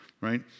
Right